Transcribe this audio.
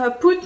put